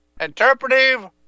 interpretive